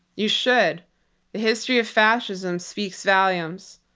you should. the history of fascism speaks volumes,